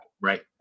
Right